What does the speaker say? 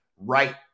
right